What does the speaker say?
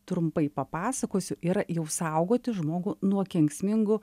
trumpai papasakosiu yra jau saugoti žmogų nuo kenksmingų